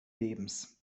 lebens